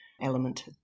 element